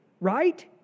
right